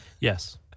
Yes